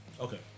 Okay